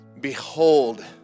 Behold